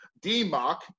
Democ